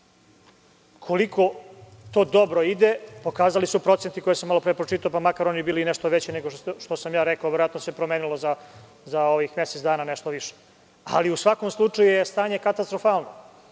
Koliko to dobro ide, pokazali su procenti koje sam malo pre pročitao, pa makar oni bili i nešto veći nego što sam ja rekao, jer se za ovih mesec dana promenilo na malo više. Ali, u svakom slučaju je stanje katastrofalno.